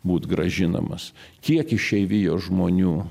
būt grąžinamas kiek išeivijos žmonių